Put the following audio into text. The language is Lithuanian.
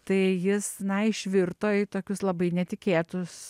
tai jis na išvirto į tokius labai netikėtus